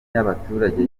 y’abaturage